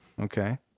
Okay